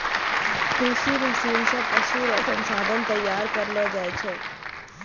कृषि मशीन से पशु रो संसाधन तैयार करलो जाय छै